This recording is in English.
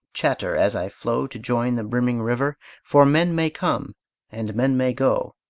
chatter, as i flow to join the brimming river for men may come and men may go,